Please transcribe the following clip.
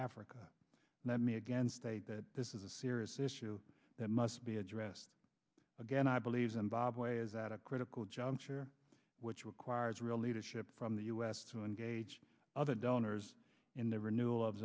africa let me again state that this is a serious issue that must be addressed again i believe zimbabwe is at a critical juncture which requires real leadership from the us to engage other donors in the renewal of